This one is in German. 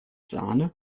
sahne